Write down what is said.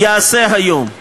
יעשה היום.